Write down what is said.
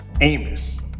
Amos